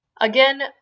Again